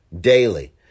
daily